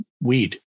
weed